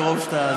מרוב שאתה,